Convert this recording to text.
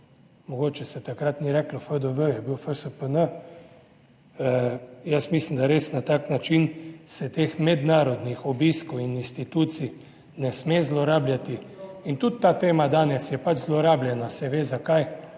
Mogoče se takrat ni reklo FDV je bil FSPN. Jaz mislim, da res na tak način se teh mednarodnih obiskov in institucij ne sme zlorabljati, in tudi ta tema danes je pač zlorabljena, se ve zakaj,